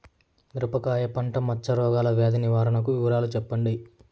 మిరపకాయ పంట మచ్చ రోగాల వ్యాధి నివారణ వివరాలు చెప్పండి?